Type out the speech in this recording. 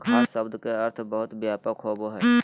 घास शब्द के अर्थ बहुत व्यापक होबो हइ